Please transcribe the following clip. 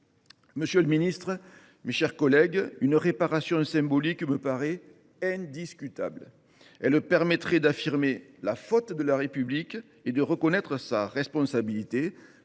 Monsieur le garde des sceaux, mes chers collègues, une réparation symbolique me paraît indiscutable : elle permettra d’affirmer la faute de la République et de reconnaître sa responsabilité.